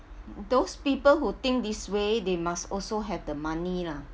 those people who think this way they must also have the money lah